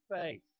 faith